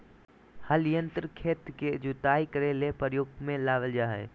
हल यंत्र खेत के जुताई करे ले प्रयोग में लाबल जा हइ